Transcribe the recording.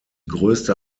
größte